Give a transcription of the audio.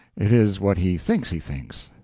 it is what he thinks he thinks.